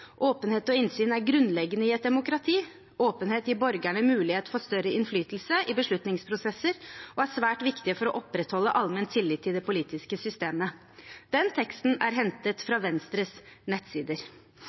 og innsyn er grunnleggende i et demokrati. Åpenhet gir borgerne mulighet for større innflytelse i beslutningsprosesser og er svært viktig for å opprettholde allmenn tillit til det politiske systemet.» Denne teksten er hentet